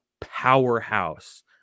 powerhouse